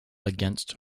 against